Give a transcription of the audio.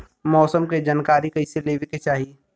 मौसम के जानकारी कईसे लेवे के चाही?